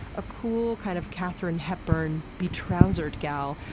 a cool, kind of katherine hepburn, be trousered gal,